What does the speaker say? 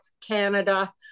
Canada